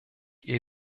ihr